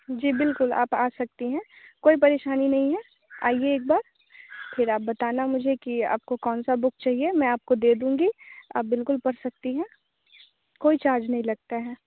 जी बिल्कुल आप आ सकती हैं कोई परेशानी नहीं है आइए एक बार फिर आप बताना मुझे कि आपको कौन सा बुक चाहिए मैं आपको दे दूँगी आप बिल्कुल पढ़ सकती हैं कोई चार्ज नहीं लगता है